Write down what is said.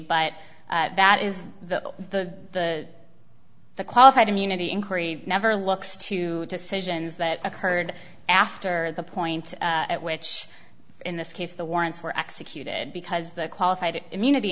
but that is the the the qualified immunity inquiry never looks to decisions that occurred after the point at which in this case the warrants were executed because the qualified immunity